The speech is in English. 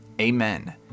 Amen